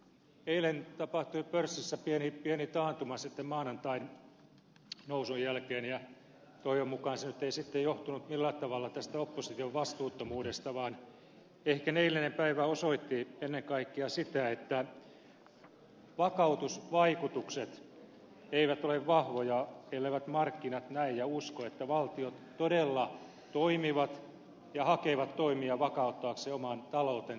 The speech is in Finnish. eilen tapahtui pörssissä pieni taantuma maanantain nousun jälkeen ja toivon mukaan se nyt ei johtunut millään tavalla tästä opposition vastuuttomuudesta vaan ehkä eilinen päivä osoitti ennen kaikkea sitä että vakautusvaikutukset eivät ole vahvoja elleivät markkinat näe ja usko että valtiot todella toimivat ja hakevat toimia vakauttaakseen oman talou tensa